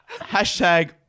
Hashtag